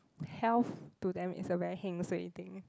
health to them is a very thing